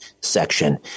section